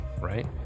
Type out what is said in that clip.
right